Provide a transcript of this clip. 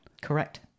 Correct